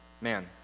Man